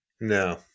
No